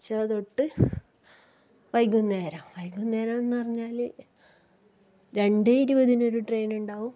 ഉച്ച തൊട്ട് വൈകുന്നേരം വൈകുന്നേരമെന്ന് പറഞ്ഞാല് രണ്ടേ ഇരുപതിനൊരു ട്രെയിന് ഉണ്ടാകും